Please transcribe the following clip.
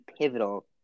pivotal